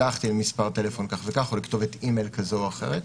שלחתי למספר טלפון כך וכך או לכתובת אימייל כזו או אחרת.